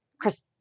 Chris